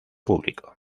público